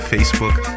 Facebook